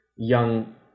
young